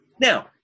Now